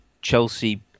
Chelsea